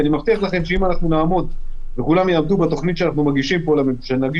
אני מבטיח לכם שאם אנחנו וכולם יעמדו בתוכנית שנגיש לממשלה,